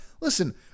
listen